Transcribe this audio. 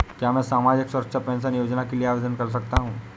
क्या मैं सामाजिक सुरक्षा पेंशन योजना के लिए आवेदन कर सकता हूँ?